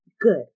good